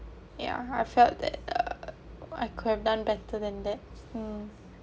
ya I felt that uh I could have done better than that mm yourself mm